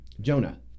Jonah